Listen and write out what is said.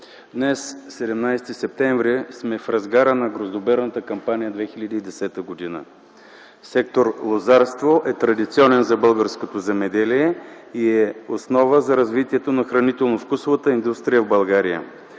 днес, 17 септември, сме в разгара на гроздоберната кампания 2010 г. Сектор „Лозарство” е традиционен за българското земеделие и е основа за развитие на хранително-вкусовата индустрия в България.